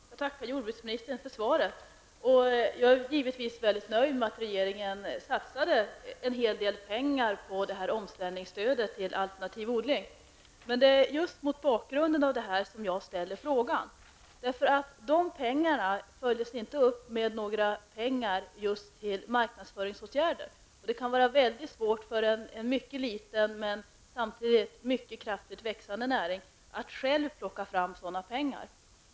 Herr talman! Jag tackar jordbruksministern för svaret. Jag är givetvis mycket nöjd med att regeringen satsade en hel del pengar på omställningsstödet till alternativ odling. Men det är just mot den bakgrunden som jag ställt frågan. De pengarna följdes inte upp med några medel till just marknadsföringsåtgärder. Det kan vara svårt för en mycket liten men samtidigt mycket kraftigt växande näring att själv plocka fram sådana pengar.